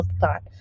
thought